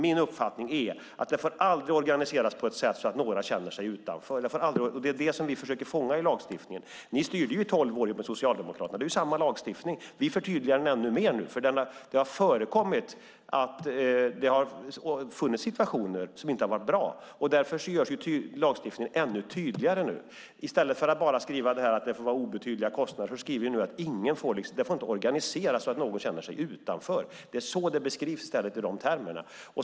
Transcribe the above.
Min uppfattning är att detta aldrig får organiseras på ett sådant sätt att några känner sig utanför. Det är det vi försöker fånga i lagstiftningen. Ni styrde ju i tolv år med Socialdemokraterna. Det är samma lagstiftning. Vi förtydligar den nu ännu mer. Det har förekommit situationer som inte har varit bra, och därför görs nu lagstiftningen ännu tydligare. I stället för att bara skriva att det får vara obetydliga kostnader skriver vi nu att det inte får organiseras så att någon känner sig utanför. Det är i de termerna det beskrivs.